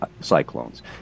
cyclones